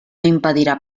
impedirà